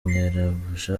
nyirabuja